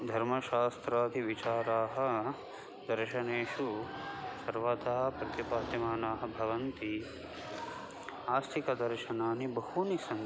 धर्मशास्त्रादिविचाराः दर्शनेषु सर्वथा प्रतिपाद्यमानाः भवन्ति आस्तिकदर्शनानि बहूनि सन्ति